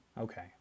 Okay